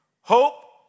Hope